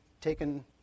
taken